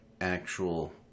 actual